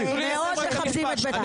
הם מאוד מכבדים את בית המשפטי.